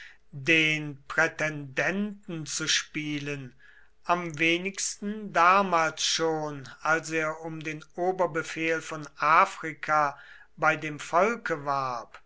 den prätendenten zu spielen am wenigsten damals schon als er um den oberbefehl von afrika bei dem volke warb